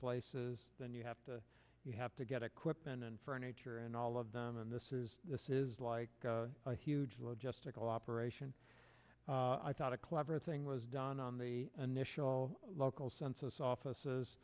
places then you have to you have to get equipment and furniture and all of them and this is this is like a huge logistical operation i thought a clever thing was done on the initial local census offices